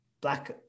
Black